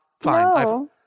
Fine